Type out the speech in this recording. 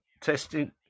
Testing